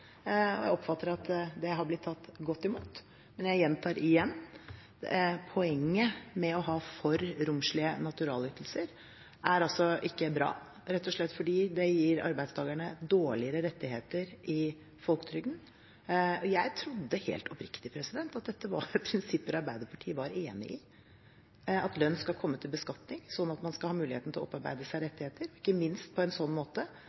og jeg oppfatter at det har blitt tatt godt imot. Men jeg gjentar: Poenget med å ha for romslige naturalytelser er ikke bra, rett og slett fordi det gir arbeidstakerne dårligere rettigheter i folketrygden. Jeg trodde helt oppriktig at dette var prinsipper Arbeiderpartiet var enig i – at lønn skal komme til beskatning, sånn at man skal ha muligheten til å opparbeide seg rettigheter, ikke minst på en sånn måte